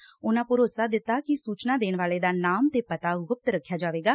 ਅਨ੍ਹਾਂ ਭਰੋਸਾ ਦਿੱਤਾ ਕਿ ਸੂਚਨਾ ਦੇਣ ਵਾਲੇ ਦਾ ਨਾਮ ਤੇ ਪਤਾ ਗੁਪਤ ਰੱਖਿਆ ਜਾਵੇਗਾ